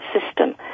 system